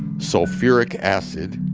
sulfuric acid,